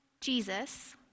Jesus